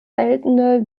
seltene